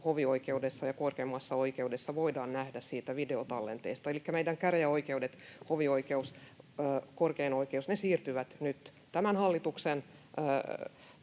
hovioikeudessa ja korkeimmassa oikeudessa voidaan nähdä siitä videotallenteesta, elikkä meidän käräjäoikeudet, hovioikeus ja korkein oikeus siirtyvät nyt tämän hallituksen